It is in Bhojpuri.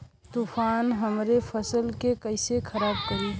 तूफान हमरे फसल के कइसे खराब करी?